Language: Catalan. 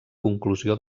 conclusió